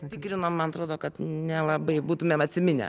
tikrinom man atrodo kad nelabai būtumėm atsiminę